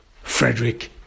Frederick